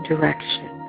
direction